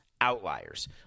outliers